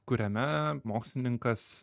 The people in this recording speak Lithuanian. kuriame mokslininkas